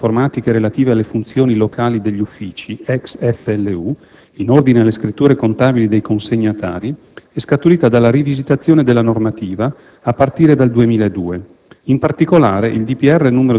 L'esigenza di rivedere le procedure informatiche relative alle Funzioni Locali degli Uffici (ex FLU), in ordine alle scritture contabili dei consegnatari, è scaturita dalla rivisitazione della normativa, a partire dal 2002: